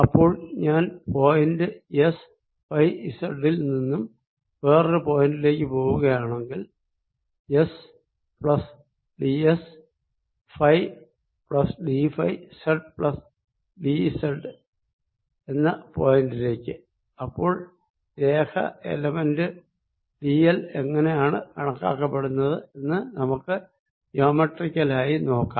അപ്പോൾ ഞാൻ point s phi z ൽ നിന്നും വേറൊരു പോയിന്റി ലേക്ക് പോകുകയാണെങ്കിൽ s plus d s phi plus d phi z plus d z എന്ന പോയിന്റി ലേക്ക് അപ്പോൾ രേഖ എലമെന്റ് ഡി എൽ എങ്ങിനെയാണ് കാണപ്പെടുന്നത് എന്ന് നമുക്ക് ജോമെട്രിക്കലായി നോക്കാം